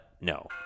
No